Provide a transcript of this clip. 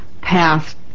passed